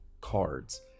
cards